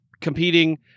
competing